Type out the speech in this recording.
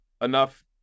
enough